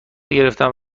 گرفنم